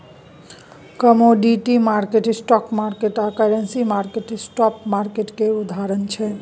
commodity market, stock market आ currency market spot market केर उदाहरण छै